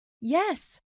Yes